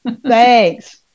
Thanks